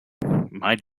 might